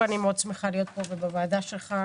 אני שמחה להיות בוועדה שלך,